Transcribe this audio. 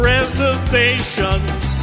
Reservations